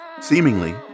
seemingly